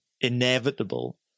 inevitable